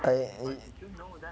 I